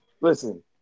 listen